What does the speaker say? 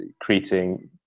creating